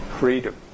freedom